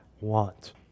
want